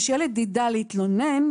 שילד יידע להתלונן,